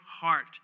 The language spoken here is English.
heart